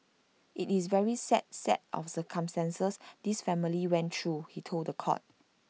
IT is very sad set of circumstances this family went through he told The Court